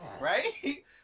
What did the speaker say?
Right